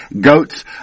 goats